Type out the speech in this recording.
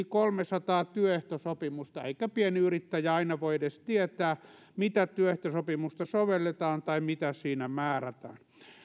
kolmesataa työehtosopimusta eikä pienyrittäjä aina voi edes tietää mitä työehtosopimusta sovelletaan tai mitä siinä määrätään